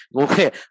Okay